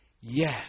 Yes